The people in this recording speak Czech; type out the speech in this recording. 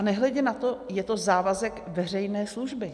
Nehledě na to, že je to závazek veřejné služby.